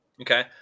Okay